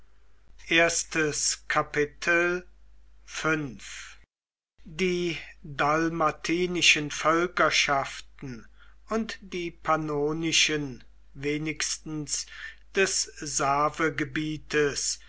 die dalmatinischen völkerschaften und die pannonischen wenigstens des